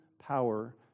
power